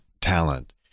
talent